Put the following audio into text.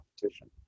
competition